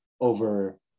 over